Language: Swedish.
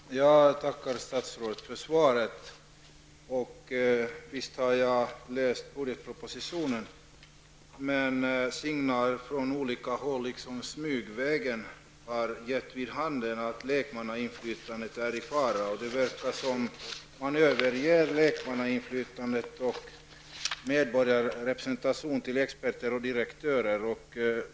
Fru talman! Jag tackar statsrådet för svaret. Visst har jag läst propositionen. Men signaler från olika håll, smygvägen, har gett vid handen att lekmannainflytandet är i fara. Det verkar som om lekmannainflytande och medborgarrepresentation skall lämnas över till experter och direktörer.